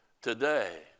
today